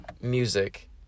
music